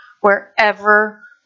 wherever